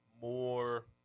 more